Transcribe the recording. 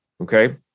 Okay